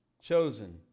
chosen